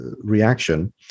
reaction